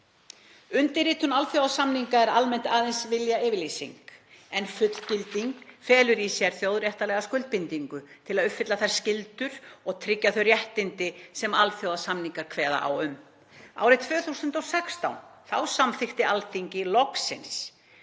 „Undirritun alþjóðasamninga er almennt aðeins viljayfirlýsing en fullgilding felur í sér þjóðréttarlega skuldbindingu til að uppfylla þær skyldur og tryggja þau réttindi sem alþjóðasamningar kveða á um. Árið 2016 samþykkti Alþingi loks